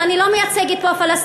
ואני לא מייצגת פה פלסטינים,